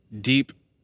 deep